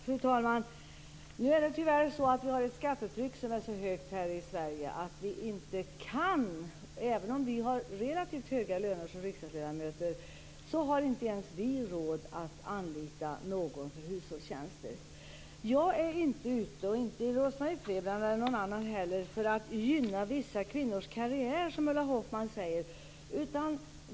Fru talman! Nu är det tyvärr så att vi har ett skattetryck här i Sverige som är så högt att inte ens vi - även om vi har relativt höga löner som riksdagsledamöter - har råd att anlita någon för hushållstjänster. Varken jag, Rose-Marie Frebran eller någon annan är ute efter att gynna vissa kvinnors karriär, som Ulla Hoffmann säger.